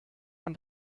man